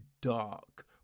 dark